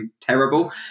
terrible